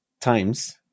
times